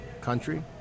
country